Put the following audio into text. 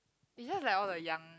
is just like all the young